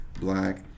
black